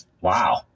Wow